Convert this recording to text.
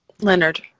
Leonard